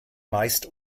meist